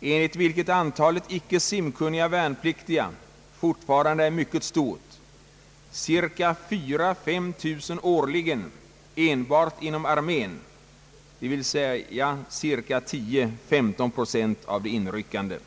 enligt vilket antalet icke simkunniga värnpliktiga fortfarande är mycket stort, 4000 å 5000 årligen enbart inom armén, dvs. cirka 10—135 procent av de inryckande.